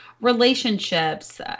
relationships